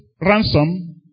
ransom